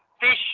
fish